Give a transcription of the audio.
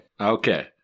Okay